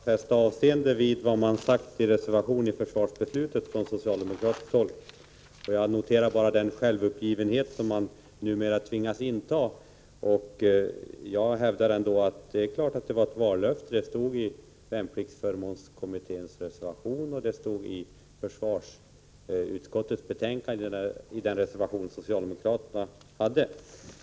Fru talman! Karl-Erik Svartberg säger att vi inte skall fästa avseende vid vad som sades i reservationen från socialdemokratiskt håll när det gäller försvarsbeslutet. Jag noterar den självuppgivenhet man numera tvingas inta. Men jag hävdar ändå att det visst var ett vallöfte. Det stod i värnpliktsförmånskommitténs reservation, och det stod i socialdemokraternas reservation i försvarsutskottets betänkande.